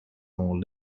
more